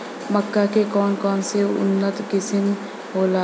मक्का के कौन कौनसे उन्नत किस्म होला?